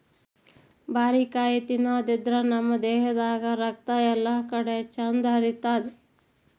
ಬಾರಿಕಾಯಿ ತಿನಾದ್ರಿನ್ದ ನಮ್ ದೇಹದಾಗ್ ರಕ್ತ ಎಲ್ಲಾಕಡಿ ಚಂದ್ ಹರಿತದ್